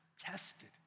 tested